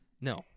No